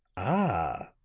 ah!